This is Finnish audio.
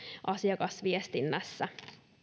asiakasviestinnässä